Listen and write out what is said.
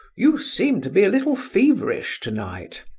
you seem to be a little feverish tonight,